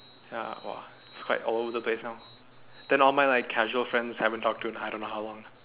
ya oh it's quite old now then all like my casual friends I didn't talk to in don't know how long